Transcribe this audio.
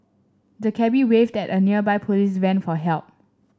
the cabby waved at a nearby police van for help